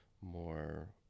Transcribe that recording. more